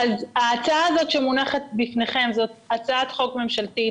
ההצעה שמונחת בפניכם היא הצעת חוק ממשלתית,